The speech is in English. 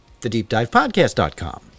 TheDeepDivePodcast.com